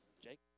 Jake